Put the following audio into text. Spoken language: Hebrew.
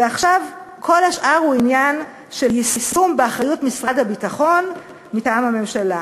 ועכשיו כל השאר הוא עניין של יישום באחריות משרד הביטחון מטעם הממשלה".